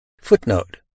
Footnote